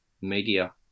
media